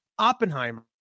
Oppenheimer